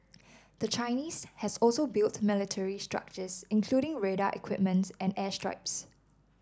the Chinese has also built military structures including radar equipment and airstrips